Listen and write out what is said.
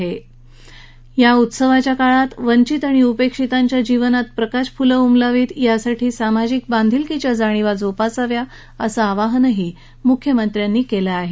तसेंच या उत्सवाच्या काळात वंचित आणि उपेक्षितांच्या जीवनातही प्रकाशफुलं उमलावीत यासाठी सामाजिक बांधिलकीच्या जाणीवा जोपासाव्यात असं आवाहनही मुख्यमंत्र्यांनी केलं आहे